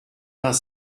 vingt